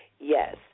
Yes